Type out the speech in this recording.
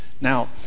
Now